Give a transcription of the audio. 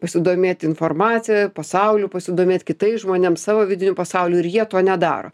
pasidomėti informacija pasauliu pasidomėt kitais žmonėm savo vidiniu pasauliu ir jie to nedaro